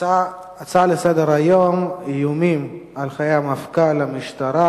להצעות לסדר-היום מס' 2027 ו-2041 בנושא: איומים על חיי מפכ"ל המשטרה.